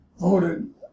voted